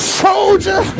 soldier